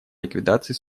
ликвидации